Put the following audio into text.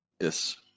Yes